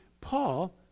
Paul